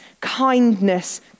kindness